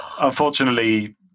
Unfortunately